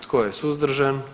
Tko je suzdržan?